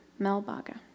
Melbaga